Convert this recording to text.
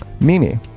Mimi